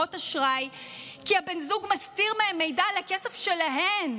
ומחברות אשראי כי בן הזוג מסתיר מהן מידע על הכסף שלהן,